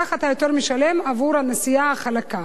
כך אתה משלם יותר עבור הנסיעה החלקה.